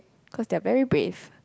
cause they are very brave